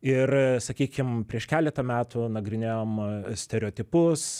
ir sakykim prieš keletą metų nagrinėjom stereotipus